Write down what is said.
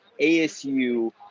ASU